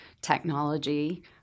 technology